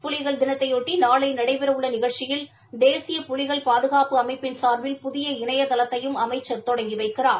புலிகள் தினத்யொட்டி நாளை நடைபெறவுள்ள நிகழ்ச்சியில் தேசிய புலிகள் பாதுகாப்பு அமைப்பின் சார்பில் புதிய இணையதளத்தையும் அமைச்சர் தொடங்கி வைக்கிறார்